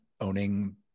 owning